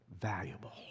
valuable